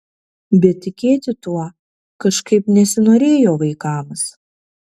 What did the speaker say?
bet tikėti tuo kažkaip nesinorėjo vaikams